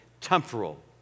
temporal